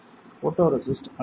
photoresist அகற்றப்படும்